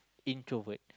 introvert